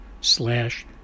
slash